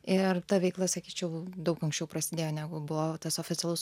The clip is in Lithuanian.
ir ta veikla sakyčiau daug anksčiau prasidėjo negu buvo tas oficialus